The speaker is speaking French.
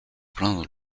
plaindre